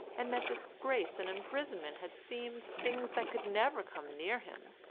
and that disgrace and imprisonment had seemed things that could never come near him,